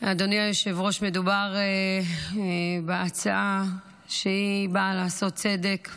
אדוני היושב-ראש, מדובר בהצעה שבאה לעשות צדק.